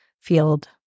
field